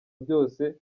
byose